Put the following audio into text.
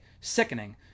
Sickening